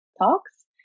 talks